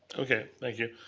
okay, thank you.